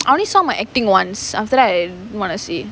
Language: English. I only saw my acting once after that I didn't want to see